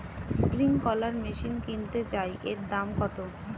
Sprinkler machine কিনতে চাই এর দাম কত?